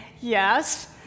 yes